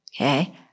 Okay